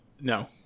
No